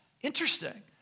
Interesting